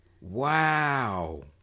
Wow